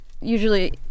usually